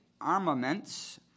armaments